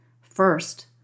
First